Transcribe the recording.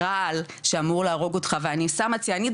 רעל שאמור להרוג אותך ואני שמה ציאניד,